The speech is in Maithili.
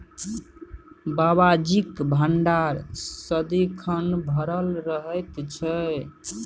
बाबाजीक भंडार सदिखन भरल रहैत छै